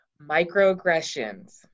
microaggressions